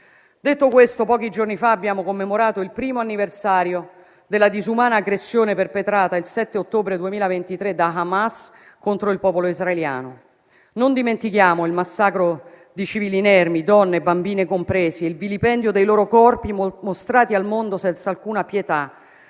Detto questo, pochi giorni fa abbiamo commemorato il primo anniversario della disumana aggressione perpetrata il 7 ottobre 2023 da Hamas contro il popolo israeliano. Non dimentichiamo il massacro di civili inermi, donne e bambini compresi, e il vilipendio dei loro corpi mostrati al mondo senza alcuna pietà.